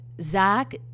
Zach